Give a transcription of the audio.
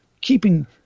keeping